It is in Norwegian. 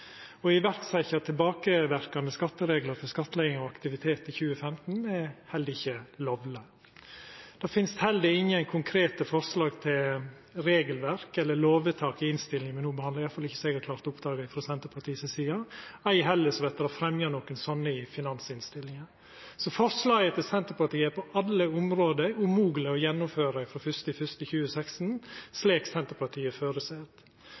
setja i verk tilbakeverkande skattereglar for skattlegging av aktivitet i 2015 er heller ikkje lovleg. Det finst heller ingen konkrete forslag til regelverk eller lovvedtak i innstillinga me no behandlar – i alle fall ikkje som eg har klart å oppdaga – frå Senterpartiet si side, ei heller vert det fremja nokre sånne i finansinnstillinga. Forslaget til Senterpartiet er på alle område umogleg å gjennomføra frå 1. januar 2016,